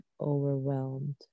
overwhelmed